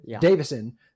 Davison